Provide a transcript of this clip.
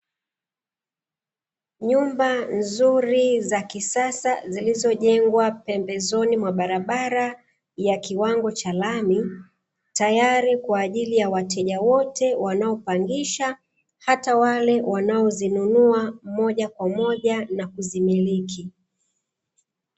Nyumba nzuri za kisasa, zilizojengwa pembezoni mwa barabara ya kiwango cha lami. Tayari kwa ajili ya wateja wote wanaopangisha, hata wale wanaonunua moja kwa moja na kuzimiliki.